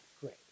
great